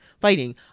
fighting